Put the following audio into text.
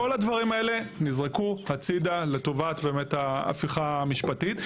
כל הדברים האלה נזרקו הצידה לטובת המהפכה המשפטית.